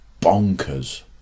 bonkers